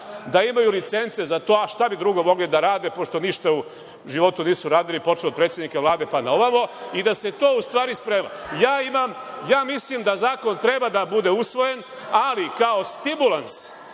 da imaju licence za to, a šta bi drugo mogli da rade, pošto ništa u životu nisu radili, počev od predsednika Vlade pa naovamo, i da se to u stvari sprema. Ja mislim da zakon treba da bude usvojen, ali kao stimulans